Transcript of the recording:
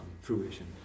fruition